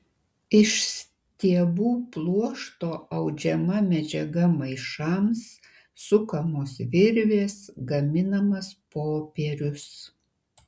iš stiebų pluošto audžiama medžiaga maišams sukamos virvės gaminamas popierius